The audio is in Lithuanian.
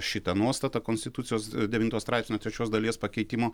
šitą nuostatą konstitucijos devinto straipsnio trečios dalies pakeitimo